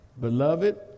Beloved